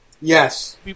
yes